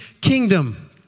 kingdom